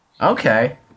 Okay